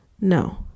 No